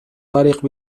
طريق